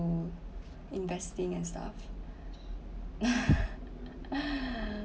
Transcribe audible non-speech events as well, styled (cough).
to investing and stuff (laughs)